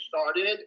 started